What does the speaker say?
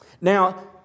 Now